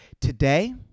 today